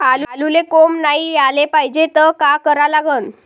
आलूले कोंब नाई याले पायजे त का करा लागन?